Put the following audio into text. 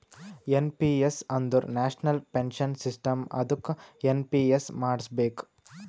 N P S ಅಂದುರ್ national pension system ಅದ್ದುಕ NPS ಮಾಡುಸ್ಬೇಕ್